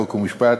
חוק ומשפט